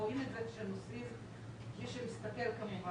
רואים את זה כשנוסעים, מי שמסתכל כמובן.